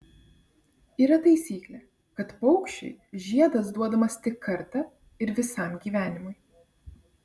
yra taisyklė kad paukščiui žiedas duodamas tik kartą ir visam gyvenimui